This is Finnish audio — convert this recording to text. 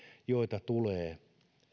joita tulee